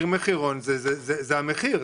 מחיר המחירון זה המחיר.